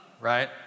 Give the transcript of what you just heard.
right